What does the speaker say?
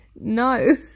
no